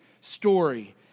story